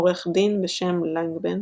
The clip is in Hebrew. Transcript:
עורך דין בשם לנגבן,